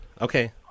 Okay